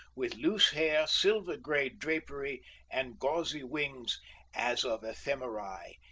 with loose hair, silver-gray drapery and gauzy wings as of ephemerae,